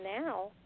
now